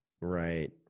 Right